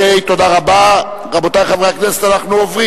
ברוך רופא חולים, חבר הכנסת מאיר שטרית.